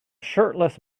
shirtless